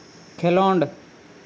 ᱠᱷᱮᱞᱚᱱᱰ